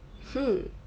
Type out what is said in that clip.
hmm